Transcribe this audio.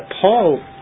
Paul